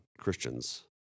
Christians